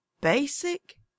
basic